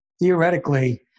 theoretically